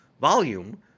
volume